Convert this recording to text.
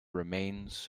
remains